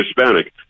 Hispanic